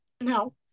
no